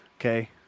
Okay